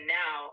now